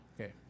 Okay